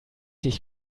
dich